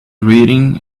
reading